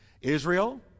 Israel